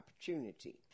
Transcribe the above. opportunity